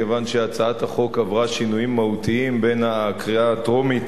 כיוון שהצעת החוק עברה שינויים מהותיים בין הקריאה הטרומית